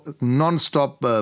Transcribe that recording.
non-stop